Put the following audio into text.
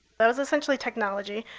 that was essentially technology.